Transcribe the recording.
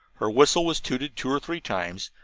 her whistle was tooted two or three times,